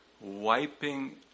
wiping